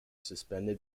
suspended